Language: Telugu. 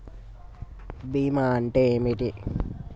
బీమా అంటే ఏమిటి?